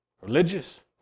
Religious